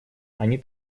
они